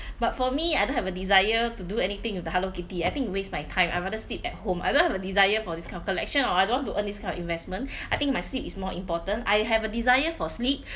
but for me I don't have a desire to do anything with the hello kitty I think it waste my time I'd rather sleep at home I don't have a desire for this kind of collection or I don't want to earn this kind of investment I think my sleep is more important I have a desire for sleep